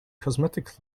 cosmetics